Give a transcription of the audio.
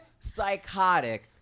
Psychotic